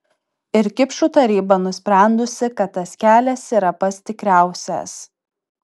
ir kipšų taryba nusprendusi kad tas kelias yra pats tikriausias